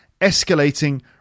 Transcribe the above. escalating